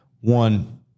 one